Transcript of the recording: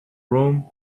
room